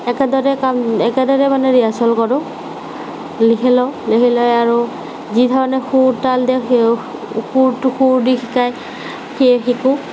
একেদৰে কাম একেদৰে মানে ৰিহাৰ্চেল কৰোঁ লিখি লওঁ লিখি লৈ আৰু যি ধৰণে সুৰ তাল দিয়ে সেই সুৰটো সুৰ দি শিকাই সেই শিকোঁ